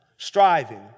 Striving